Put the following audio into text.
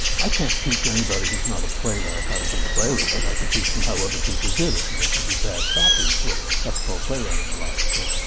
i can't teach anybody who's not a playwright how to be a playwright. i can teach them how other people did it and they can do bad copies. that's called playwriting a lot, of course.